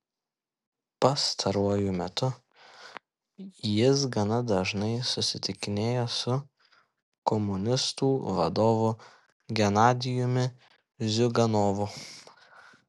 pastaruoju metu jis gana dažnai susitikinėjo su komunistų vadovu genadijumi ziuganovu